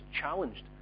challenged